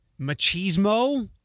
machismo